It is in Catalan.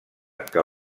que